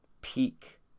peak